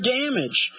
damage